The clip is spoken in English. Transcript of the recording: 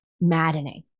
maddening